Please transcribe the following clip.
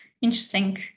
Interesting